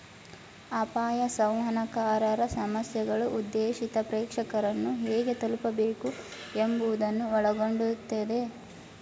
ಅಪಾಯ ಸಂವಹನಕಾರರ ಸಮಸ್ಯೆಗಳು ಉದ್ದೇಶಿತ ಪ್ರೇಕ್ಷಕರನ್ನು ಹೇಗೆ ತಲುಪಬೇಕು ಎಂಬುವುದನ್ನು ಒಳಗೊಂಡಯ್ತೆ